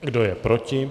Kdo je proti?